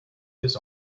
this